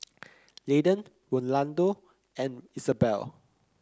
Landen Rolando and Isabell